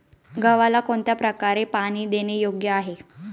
गव्हाला कोणत्या प्रकारे पाणी देणे योग्य आहे?